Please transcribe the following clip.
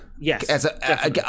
Yes